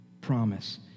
promise